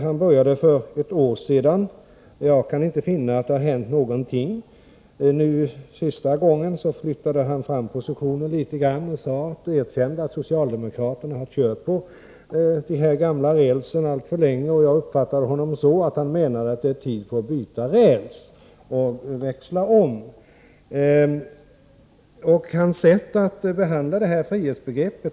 Han började för ett år sedan, men jag kan inte finna att det har hänt någonting. Nu senast flyttade han fram positionen litet grand och erkände att socialdemokraterna har kört på den gamla rälsen alltför länge. Jag uppfattade honom så att han menade att det är tid att växla om till ett annat spår.